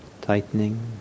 tightening